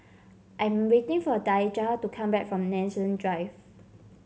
I'm waiting for Daijah to come back from Nanson Drive